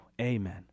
Amen